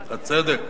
הצדק,